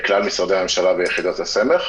לכלל משרדי הממשלה ויחידות הסמך,